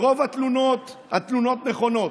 רוב התלונות נכונות.